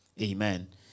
amen